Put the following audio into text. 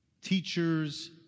teachers